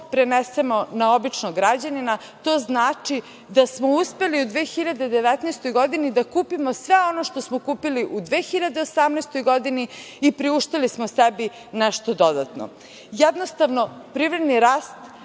prenesemo na običnog građanina, to znači da smo uspeli u 2019. godini da kupimo sve ono što smo kupili u 2018. godini i priuštili smo sebi nešto dodatno. Jednostavno, privredni rast